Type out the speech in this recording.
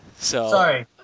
Sorry